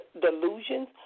delusions